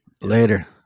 Later